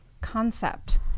concept